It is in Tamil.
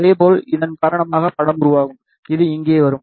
இதேபோல் இதன் காரணமாக படம் உருவாகும் இது இங்கே வரும்